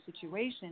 situation